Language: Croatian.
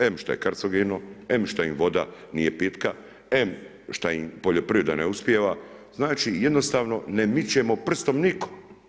Em što je kancerogeno, em što im voda nije pitka, em šta im poljoprivreda ne uspijeva, znači jednostavno ne mičemo prstom nitko.